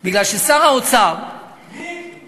כי שר האוצר, מי?